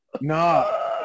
No